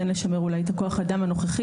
כן לשמר אולי את כוח האדם הנוכחי,